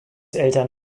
eltern